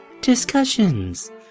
Discussions